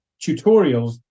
tutorials